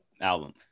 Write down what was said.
album